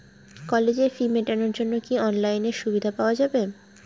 কলেজের ফি মেটানোর জন্য কি অনলাইনে সুবিধা পাওয়া যাবে?